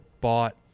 bought